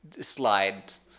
slides